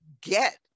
get